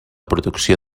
producció